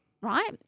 right